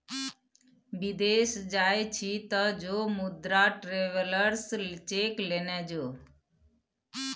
विदेश जाय छी तँ जो मुदा ट्रैवेलर्स चेक लेने जो